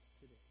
today